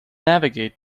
navigate